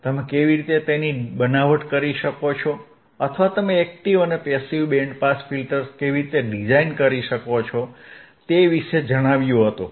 તમે કેવી રીતે તેની બનાવટ કરી શકો છો અથવા તમે એક્ટીવ અને પેસીવ બેન્ડ પાસ ફિલ્ટર્સ કેવી રીતે ડિઝાઇન કરી શકો છો તે વિશે જણાવ્યું હતું